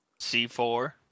C4